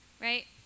right